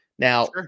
Now